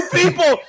people